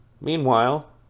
Meanwhile